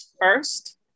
first